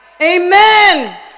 Amen